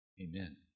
Amen